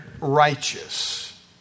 righteous